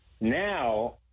Now